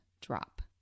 drop